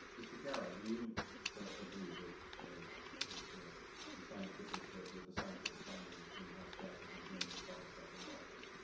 mr. chiaro, do you agree that that the scientific with the scientific finding that greenhouse gases endanger public health and welfare?